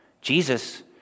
jesus